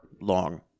long